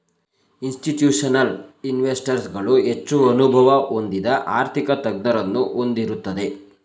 institutional investors ಗಳು ಹೆಚ್ಚು ಅನುಭವ ಹೊಂದಿದ ಆರ್ಥಿಕ ತಜ್ಞರನ್ನು ಹೊಂದಿರುತ್ತದೆ